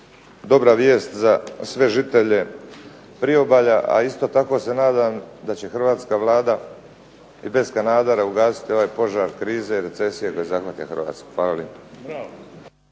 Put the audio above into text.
dobra vijest za sve žitelje priobalja, a isto tako se nadam da će hrvatska Vlada i bez kanadera ugasiti ovaj požar krize i recesije koja zahvaća Hrvatsku. Hvala